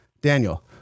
Daniel